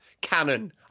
canon